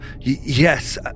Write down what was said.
yes